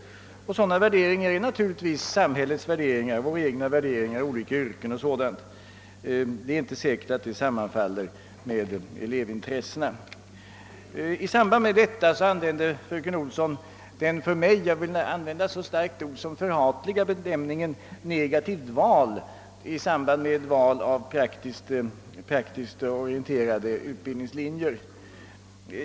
Och sådana värderingar är naturligtvis samhällets värderingar, våra egna olika värderingar när det gäller skilda yrken 0. d. Det är inte säkert att detta sammanfaller med elevintressena. I detta sammanhang använder fröken Olsson den för mig förhatliga — jag vill faktiskt använda ett så starkt ord — benämningen »negativt val» i samband med val av praktiskt orienterade utbildningslinjer.